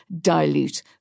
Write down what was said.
dilute